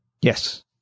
Yes